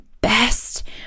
best